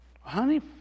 Honey